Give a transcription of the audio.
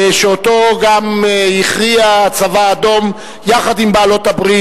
שאותם גם הכריע הצבא האדום יחד עם בעלות-הברית,